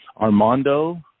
Armando